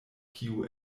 kiu